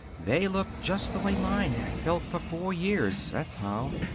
they look just the way mine have felt for four years, that's how.